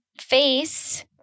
face